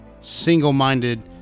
single-minded